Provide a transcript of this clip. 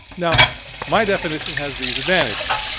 now my definition has these advantages.